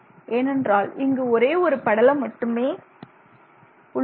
ஏனென்றால் இங்கு ஒரே ஒரு படலம் மட்டுமே உள்ளது